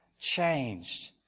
changed